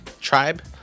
Tribe